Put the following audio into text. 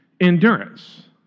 Endurance